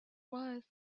was